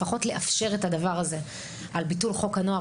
לפחות לאפשר את הדבר הזה - ביטול או